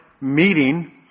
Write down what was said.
meeting